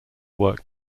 work